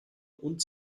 und